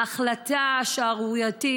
ההחלטה השערורייתית,